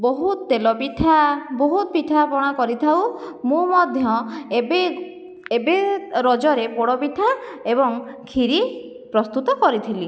ବହୁତ ତେଲ ପିଠା ବହୁତ ପିଠାପଣା କରିଥାଉ ମୁଁ ମଧ୍ୟ ଏବେ ଏବେ ରଜରେ ପୋଡ଼ପିଠା ଏବଂ କ୍ଷିରି ପ୍ରସ୍ତୁତ କରିଥିଲି